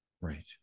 Right